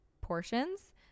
portions